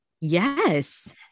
yes